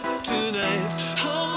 tonight